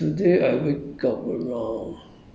you mean what time I wake up yeah